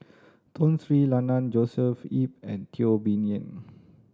Tun Sri Lanang Joshua Ip and Teo Bee Yen